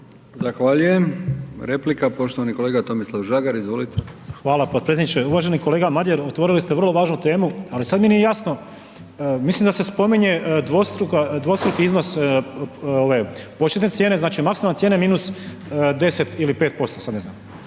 Zahvaljujem. Replika poštovani kolega Tomislav Žagar, izvolite. **Žagar, Tomislav (HSU)** Hvala potpredsjedniče. Uvaženi kolega Madjer, otvorili ste vrlo važnu temu, al sad mi nije jasno, mislim da se spominje dvostruka, dvostruki iznos ove početne cijene, znači maksimalne cijene minus 10 ili 5% sad ne znam,